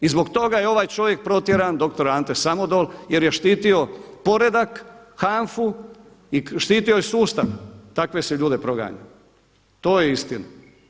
I zbog toga je ovaj čovjek protjeran doktor Ante Samodol jer je štitio poredak, HANAF-u i štitio je sustav, takve se ljude proganja, to je istina.